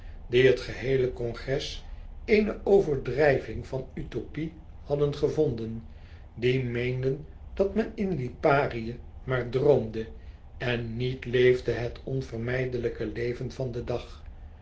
die het geheele congres eene overdrijving van utopie hadden gevonden die meenden dat men in liparië maar droomde en niet leefde het onvermijdelijke leven van den dag